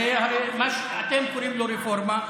אחרי הזה, אתם קוראים לה רפורמה,